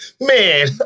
man